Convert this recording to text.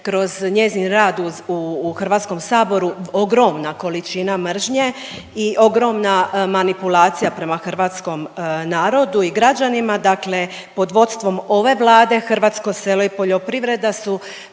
kroz njezin rad u Hrvatskom saboru ogromna količina mržnje i ogromna manipulacija prema hrvatskom narodu i građanima. Dakle, pod vodstvom ove Vlade hrvatsko selo i poljoprivreda su